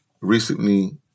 recently